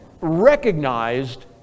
recognized